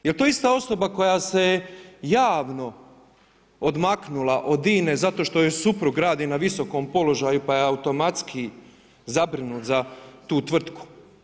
Jel' to ista osoba koja se javno odmaknula od INA-e zato što joj suprug radi na visokom položaju pa je automatski zabrinut za tu tvrtku?